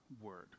word